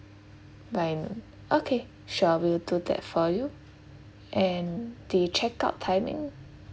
by noon okay sure we'll do that for you and the check out timing